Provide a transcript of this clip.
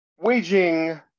waging